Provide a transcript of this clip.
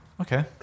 Okay